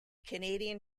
canadian